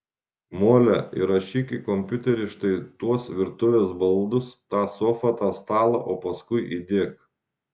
mole įrašyk į kompiuterį štai tuos virtuvės baldus tą sofą tą stalą o paskui įdiek